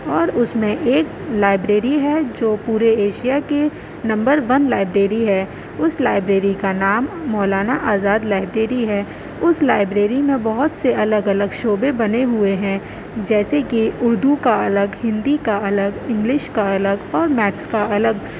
اور اس میں ایک لائبریری ہے جو پورے ایشیا کی نمبر ون لائبریری ہے اس لائبریری کا نام مولانا آزاد لائبریری ہے اس لائبریری میں بہت سے الگ الگ شعبے بنے ہوئے ہیں جیسے کہ اردو کا الگ ہندی کا الگ انگلش کا الگ اور میتھس کا الگ